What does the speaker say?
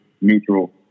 neutral